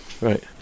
Right